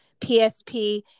PSP